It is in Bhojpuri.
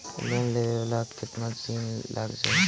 लोन लेबे ला कितना दिन लाग जाई?